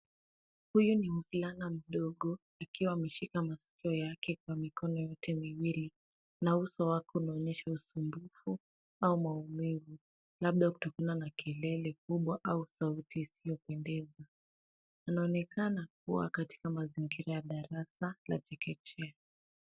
Huyu ni mvulana mdogo akiwa ameshika masikio yake kwa mikono yake miwili na uso wake unaonyesha usumbufu au maumivu, labda kutokana na kelele kubwa au sauti isiyopendeza. Anaonekana kuwa katika mazingira ya darsa la chekechea.